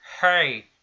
hey